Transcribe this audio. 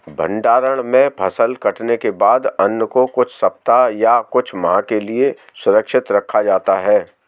भण्डारण में फसल कटने के बाद अन्न को कुछ सप्ताह या कुछ माह के लिये सुरक्षित रखा जाता है